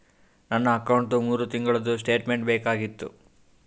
ನನ್ನ ಅಕೌಂಟ್ದು ಮೂರು ತಿಂಗಳದು ಸ್ಟೇಟ್ಮೆಂಟ್ ಬೇಕಾಗಿತ್ತು?